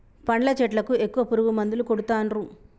పండ్ల చెట్లకు ఎక్కువ పురుగు మందులు కొడుతాన్రు